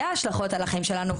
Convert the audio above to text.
זה ההשלכות על החיים שלנו,